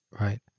right